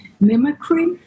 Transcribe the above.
mimicry